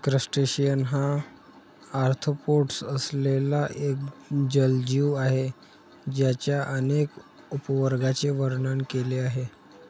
crustacean हा arthropods असलेला एक जलजीव आहे ज्याच्या अनेक उपवर्गांचे वर्णन केले आहे